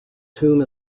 tomb